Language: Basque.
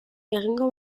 egingo